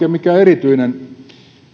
en mikään erityinen